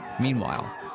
Meanwhile